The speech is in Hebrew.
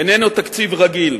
איננו תקציב רגיל.